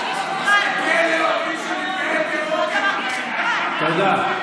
את הצבעת, נכון?